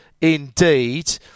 indeed